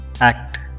Act